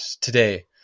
today